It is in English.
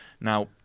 Now